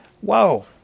whoa